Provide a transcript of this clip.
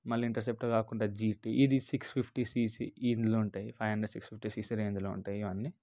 మళ్ళీ ఇంటర్సెప్టార్ కాకుండా జిటి ఇది సిక్స్ ఫిఫ్టీ సిసి ఇందులో ఉంటాయి ఫైవ్ హండ్రెడ్ సిక్స్ ఫిఫ్టీ రేంజ్లో ఉంటాయి ఇవన్నీ